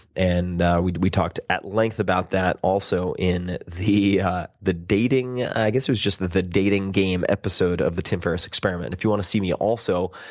and we we talked at length about that, also, in the the dating i guess it was just the the dating game episode of the tim ferris experiment. if you want to see me, also,